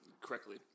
correctly